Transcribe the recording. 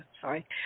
sorry